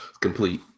complete